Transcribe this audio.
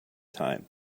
time